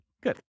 Good